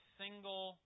single